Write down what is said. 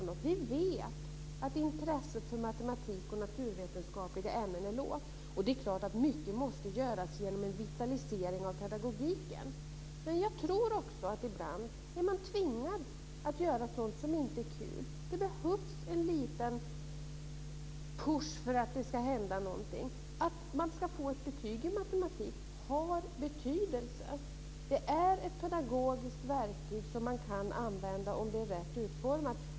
Vi vet att intresset för matematik och naturvetenskapliga ämnen är lågt. Det är klart att mycket måste göras genom en vitalisering av pedagogiken, men jag tror också att man ibland är tvingad att göra sådant som inte är kul. Det behövs en liten push för att det ska hända någonting. Att eleven får ett betyg i matematik har betydelse. Det är ett pedagogiskt verktyg som man kan använda, om det är rätt utformat.